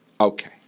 Okay